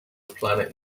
planet